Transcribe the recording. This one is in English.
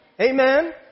Amen